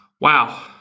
Wow